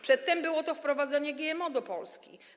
Przedtem było to wprowadzenie GMO do Polski.